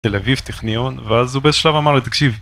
תל אביב טכניון ואז הוא בשלב אמר לו תקשיב